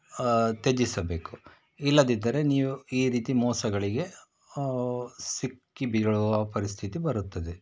ತ್ಯಜಿಸಬೇಕು ಇಲ್ಲದಿದ್ದರೆ ನೀವು ಈ ರೀತಿ ಮೋಸಗಳಿಗೆ ಸಿಕ್ಕಿ ಬೀಳುವ ಪರಿಸ್ಥಿತಿ ಬರುತ್ತದೆ